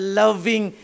loving